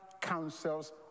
councils